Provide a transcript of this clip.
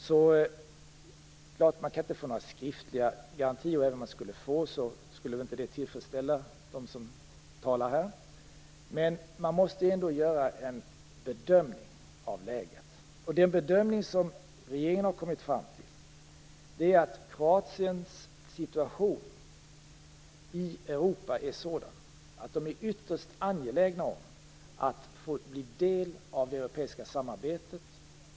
Det är klart att man inte kan få några skriftliga garantier, och även om man fick det skulle det inte tillfredsställa dem som talar här. Men man måste ändå göra en bedömning av läget, och den bedömning som regeringen har kommit fram till är att Kroatiens situation i Europa är sådan att de är ytterst angelägna om att få bli en del av det europeiska samarbetet.